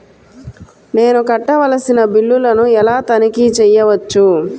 నేను కట్టవలసిన బిల్లులను ఎలా తనిఖీ చెయ్యవచ్చు?